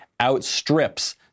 outstrips